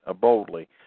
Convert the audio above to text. boldly